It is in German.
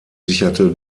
sicherte